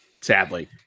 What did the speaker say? sadly